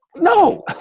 No